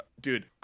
Dude